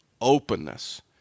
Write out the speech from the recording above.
openness